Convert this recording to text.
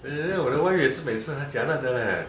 then then then 我的 wife 也是每次很 jialat 的 leh